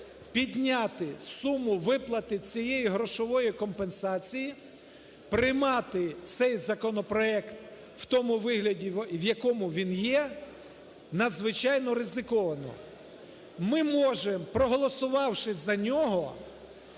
підняти суму виплати цієї грошової компенсації, приймати цей законопроект в тому вигляді, в якому він є, надзвичайно ризиковано. Ми можемо, проголосувавши за нього,